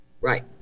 Right